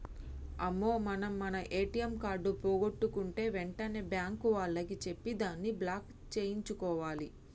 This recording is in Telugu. అమ్మో మనం మన ఏటీఎం కార్డు పోగొట్టుకుంటే వెంటనే బ్యాంకు వాళ్లకి చెప్పి దాన్ని బ్లాక్ సేయించుకోవాలి